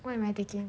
what am I taking